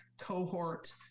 cohort